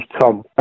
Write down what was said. Tom